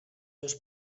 seus